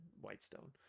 Whitestone